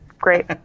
great